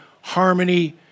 harmony